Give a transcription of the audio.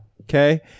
okay